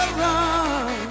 run